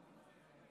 תודה רבה.